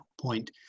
point